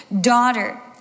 Daughter